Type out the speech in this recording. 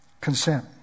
consent